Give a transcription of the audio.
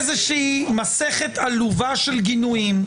מסכת עלובה של גינויים,